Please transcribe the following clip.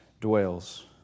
dwells